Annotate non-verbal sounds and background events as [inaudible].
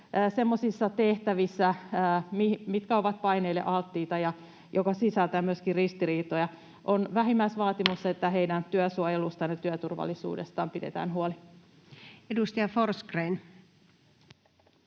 semmoisissa tehtävissä, mitkä ovat paineille alttiita ja mitkä sisältävät myöskin ristiriitoja. On vähimmäisvaatimus, [noise] että heidän työsuojelustaan ja työturvallisuudestaan pidetään huoli. Edustaja Forsgrén.